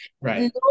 Right